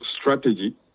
strategy